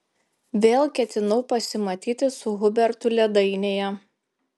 vėl ketinau pasimatyti su hubertu ledainėje